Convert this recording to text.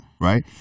right